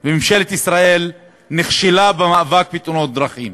וממשלת ישראל נכשלה, במאבק בתאונות הדרכים.